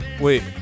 Wait